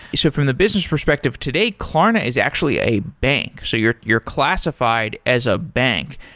so from the business perspective, today klarna is actually a bank. so you're you're classified as a bank.